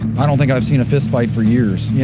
i don't think i've seen a fistfight for years.